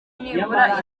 nibura